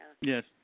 Yes